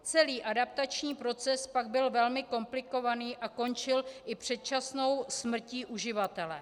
Celý adaptační proces pak byl velmi komplikovaný a končil i předčasnou smrtí uživatele.